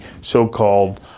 so-called